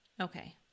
Okay